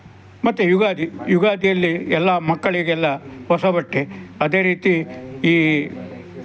ಮತ್ತೆ ಯುಗಾದಿ ಯುಗಾದಿಯಲ್ಲಿ ಎಲ್ಲ ಮಕ್ಕಳಿಗೆಲ್ಲ ಹೊಸ ಬಟ್ಟೆ ಅದೇ ರೀತಿ ಈ